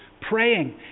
praying